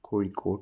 Kozhikode